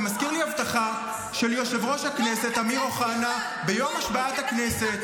זה מזכיר לי הבטחה של יושב-ראש הכנסת אמיר אוחנה ביום השבעת הכנסת,